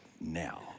now